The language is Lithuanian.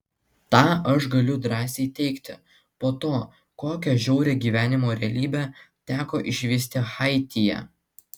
tą aš galiu drąsiai teigti po to kokią žiaurią gyvenimo realybę teko išvysti haityje